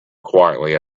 quietly